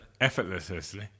Effortlessly